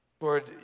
Lord